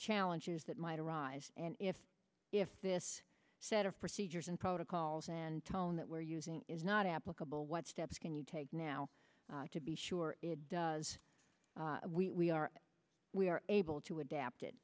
challenges that might arise and if if this set of procedures and protocols and tone that we're using is not applicable what steps can you take now to be sure it does we are we are able to adapt